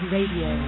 Radio